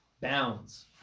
bounds